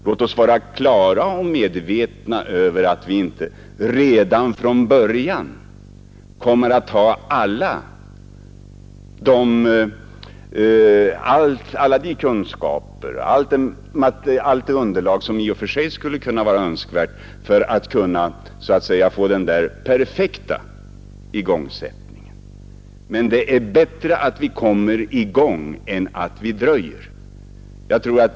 Låt oss vara medvetna om att vi inte redan från början kommer att ha alla de kunskaper och allt det underlag som i och för sig skulle vara önskvärda för att få den där perfekta igångsättningen. Men det är bättre att vi kommer i gång än att vi dröjer, sade vi oss.